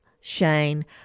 Shane